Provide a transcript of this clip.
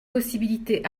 possibilités